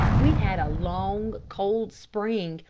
we had a long, cold spring,